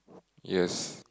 yes